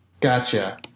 Gotcha